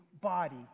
body